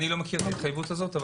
אני לא מכיר את ההתחייבות הזאת.